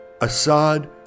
Assad